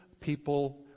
people